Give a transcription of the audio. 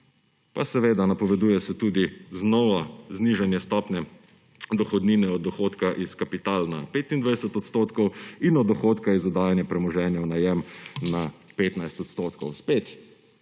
Pa seveda, napoveduje se tudi, znova, znižanje stopnje dohodnine od dohodka iz kapitala na 25 % in od dohodka iz oddajanja premoženja v najem na 15 %.